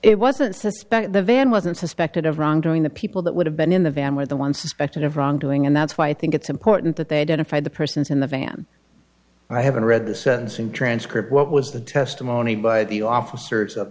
it wasn't suspect the van wasn't suspected of wrongdoing the people that would have been in the van were the one suspected of wrongdoing and that's why i think it's important that they didn't find the persons in the van i haven't read the sentencing transcript what was the testimony by the officers of